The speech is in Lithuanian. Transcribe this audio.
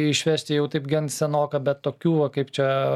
išvežti jau taip gan senoka bet tokių va kaip čia